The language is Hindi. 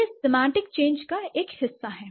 ये सेमांटिक एक्सचेंज का एक हिस्सा हैं